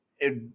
it